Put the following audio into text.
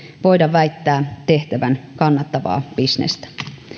väittää tehtävän kannattavaa bisnestä